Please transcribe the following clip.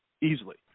easily